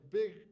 big